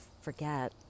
forget